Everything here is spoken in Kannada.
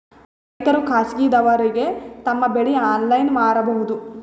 ರೈತರು ಖಾಸಗಿದವರಗೆ ತಮ್ಮ ಬೆಳಿ ಆನ್ಲೈನ್ ಮಾರಬಹುದು?